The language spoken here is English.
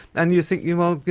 and you think, you know,